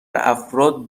افراد